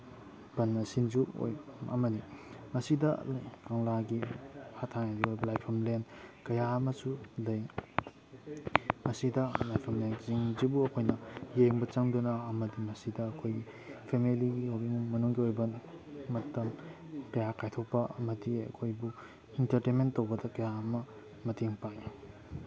ꯑꯃꯅꯤ ꯃꯁꯤꯗ ꯀꯪꯂꯥꯒꯤ ꯃꯊꯥꯏ ꯊꯥꯏꯅꯗꯒꯤ ꯂꯥꯏꯐꯝꯂꯦꯟ ꯀꯌꯥ ꯑꯃꯁꯨ ꯂꯩ ꯃꯁꯤꯗ ꯂꯥꯏꯐꯝꯂꯦꯟꯁꯤꯡꯁꯤꯕꯨ ꯑꯩꯈꯣꯏꯅ ꯌꯦꯡꯕ ꯆꯪꯗꯨꯅ ꯑꯃꯗꯤ ꯃꯁꯤꯗ ꯑꯩꯈꯣꯏ ꯐꯦꯃꯤꯂꯤ ꯑꯣꯏꯕ ꯏꯃꯨꯡ ꯃꯅꯨꯡꯒꯤ ꯑꯣꯏꯕ ꯃꯇꯝ ꯀꯌꯥ ꯀꯥꯏꯊꯣꯛꯄ ꯑꯃꯗꯤ ꯑꯩꯈꯣꯏꯕꯨ ꯏꯟꯇꯔꯇꯦꯟꯃꯦꯟ ꯇꯧꯕꯗ ꯀꯌꯥ ꯑꯃ ꯃꯇꯦꯡ ꯄꯥꯡꯉꯤ